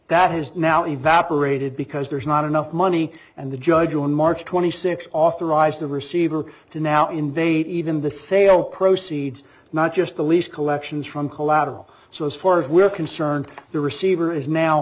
that his now evaporated because there's not enough money and the judge on march twenty sixth authorized the receiver to now invade even the sale proceeds not just the lease collections from collateral so as far as we're concerned the receiver is now